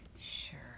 Sure